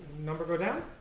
number go down